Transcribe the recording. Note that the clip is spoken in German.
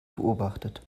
beobachtet